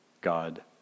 God